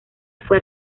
fue